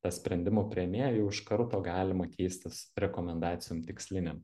tą sprendimų priėmėją jau iš karto galima keistis rekomendacijom tikslinėm